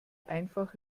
einfach